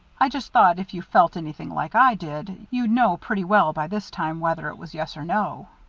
i just thought if you felt anything like i did, you'd know pretty well, by this time, whether it was yes or no.